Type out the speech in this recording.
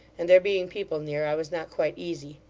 and there being people near i was not quite easy.